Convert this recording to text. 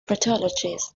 pathologies